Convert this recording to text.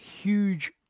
huge